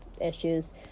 issues